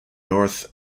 north